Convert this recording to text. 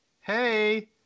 Hey